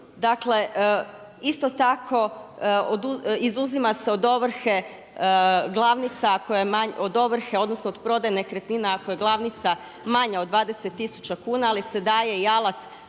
Dakle, isto tako izuzima se od ovrhe glavnica odnosno od prodaje nekretnina ako je glavnica manja od 20 tisuća kuna, ali se daje i alat